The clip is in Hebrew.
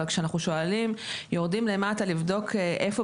אבל כשאנחנו שואלים ויורדים למטה לבדוק איפה